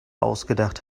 ausgedacht